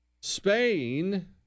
Spain